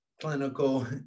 clinical